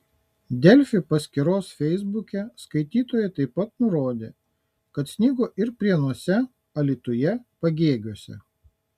delfi paskyros feisbuke skaitytojai taip pat nurodė kad snigo ir prienuose alytuje pagėgiuose